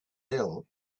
ill